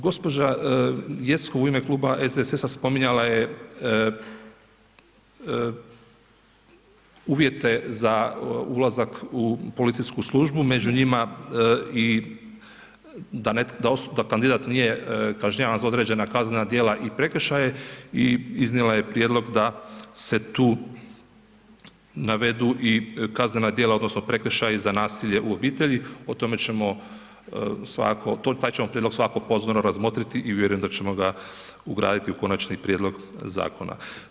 Gospođa Jeckov u ime Kluba SDSS-a spominjala je uvjete za ulazak u policijsku službu među njima i da kandidat nije kažnjavan za određena kaznena dijela i prekršaje i iznijela je prijedlog da se tu navedu i kaznena dijela, odnosno, prekršaji za nasilje u obitelji, o tome ćemo svakako, taj ćemo prijedlog svakako pozorno razmotriti i vjerujem da ćemo ga ugraditi u konačan prijedlog zakona.